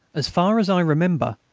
as far as i remember,